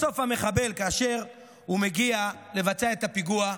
בסוף, המחבל, כאשר הוא מגיע לבצע את הפיגוע,